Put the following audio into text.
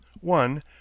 One